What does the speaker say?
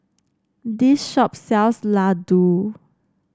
this shop sells Ladoo